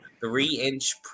three-inch